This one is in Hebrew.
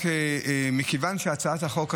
מכיוון שהצעת החוק הזאת,